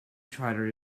trotter